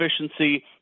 efficiency